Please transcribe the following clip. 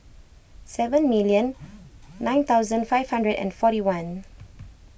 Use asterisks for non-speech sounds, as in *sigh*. seven million *noise* nine thousand five hundred and forty one *noise*